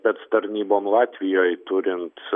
spec tarnybom latvijoj turint